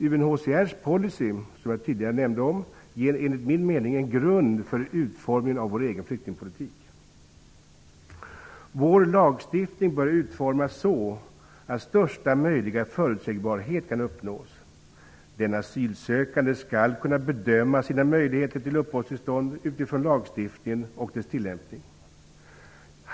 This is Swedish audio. UNHCR:s policy, som jag tidigare nämnde, ger enligt min mening en grund för utformningen av vår egen flyktingpolitik. Vår lagstiftning bör utformas så, att största möjliga förutsägbarhet kan uppnås. Den asylsökande skall kunna bedöma sina möjligheter till uppehållstillstånd utifrån lagstiftningen och dess tillämpning.